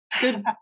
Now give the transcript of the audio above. Good